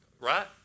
right